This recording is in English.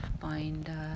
find